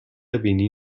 بینی